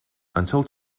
until